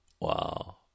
Wow